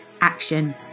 action